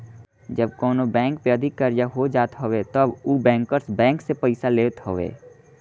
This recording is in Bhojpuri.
जब कवनो बैंक पे अधिका कर्जा हो जात हवे तब उ बैंकर्स बैंक से पईसा लेत हवे